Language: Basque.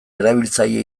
erabiltzaile